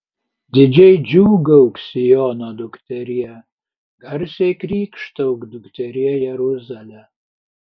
didžiai džiūgauk siono dukterie garsiai krykštauk dukterie jeruzale